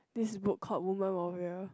this book called Woman-Warrior